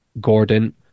Gordon